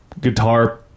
guitar